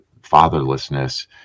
fatherlessness